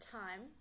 time